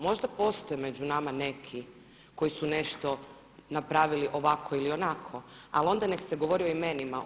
Možda postoje među nama neki koji su nešto napravili ovako ili onako, ali onda neka se govori o imenima.